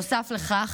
נוסף לכך,